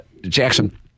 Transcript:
Jackson